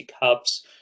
hubs